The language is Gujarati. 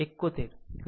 7 છે